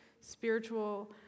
spiritual